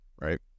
right